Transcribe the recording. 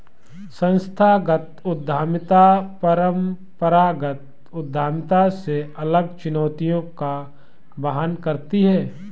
संस्थागत उद्यमिता परंपरागत उद्यमिता से अलग चुनौतियों का वहन करती है